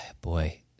boy